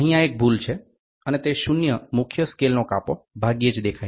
અને તે શૂન્ય મુખ્ય સ્કેલ નો કાપો ભાગ્યે જ દેખાય છે